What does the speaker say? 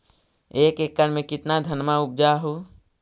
एक एकड़ मे कितना धनमा उपजा हू?